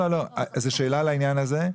שאלה לעניין הזה?